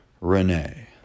Renee